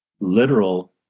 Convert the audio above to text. literal